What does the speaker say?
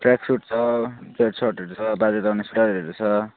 tracksuit छ स्वेट सर्टहरू छ बाजेले लाउने सर्टहरू छ